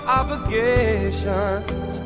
obligations